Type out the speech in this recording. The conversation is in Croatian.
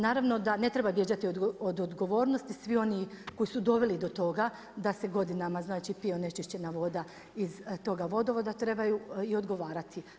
Naravno da ne treba bježati od odgovornosti, svi oni koji su doveli do toga da se godinama znači pije onečišćena voda iz toga vodovoda, trebaju i odgovarati.